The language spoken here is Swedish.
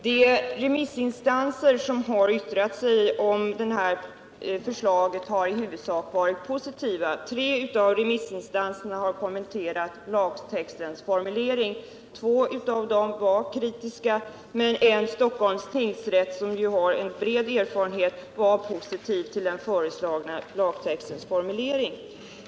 Herr talman! De remissinstanser som har yttrat sig om detta förslag har i huvudsak varit positiva. Tre remissinstanser har kommenterat lagtextens formulering. Två av dem var kritiska, men en, Stockholms tingsrätt, som ju har bred erfarenhet av dessa frågor, var positivt till den föreslagna lagtextens formulering.